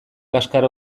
kaskar